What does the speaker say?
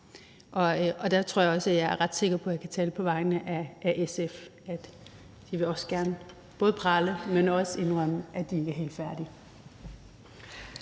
Jeg tror også, jeg er ret sikker på, at jeg kan tale på vegne af SF og sige, at de også gerne vil både prale, men også indrømme, at de ikke er helt færdige.